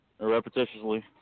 repetitiously